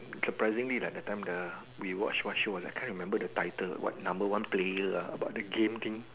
surprisingly like that time the we watch what show ah I can't remember the title what number one player ah about the game thing